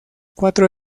cuatro